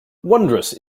wondrous